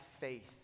faith